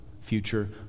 future